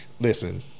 listen